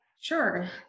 Sure